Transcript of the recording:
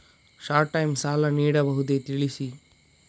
Short time ಸಾಲ ನೀಡಬಹುದೇ ತಿಳಿಸಿ?